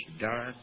dark